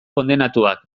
kondenatuak